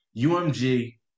UMG